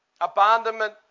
Abandonment